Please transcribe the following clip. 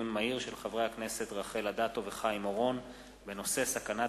חברי הכנסת דני דנון וכרמל שאמה,